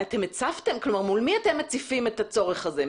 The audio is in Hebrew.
מול מי אתם מציפים את הצורך הזה?